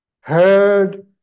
heard